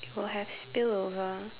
will have spillover